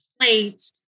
plate